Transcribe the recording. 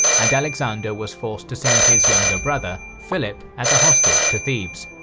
and alexander was forced to send his younger brother, philip, as a hostage to thebes.